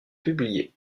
publiés